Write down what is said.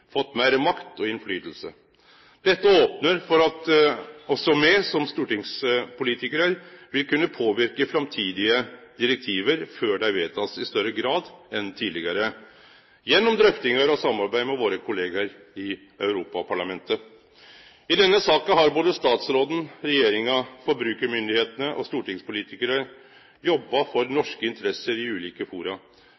fått meir makt og innflytelse. Dette opnar for at òg me som stortingspolitikarar vil kunne påverke framtidige direktiv før dei blir vedtekne, i større grad enn tidlegare gjennom drøftingar og samarbeid med våre kollegaer i Europaparlamentet. I denne saka har både statsråden, regjeringa, forbrukarmyndigheitene og stortingspolitikarane jobba for